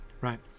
right